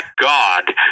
God